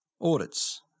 Audits